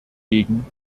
gegen